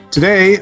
Today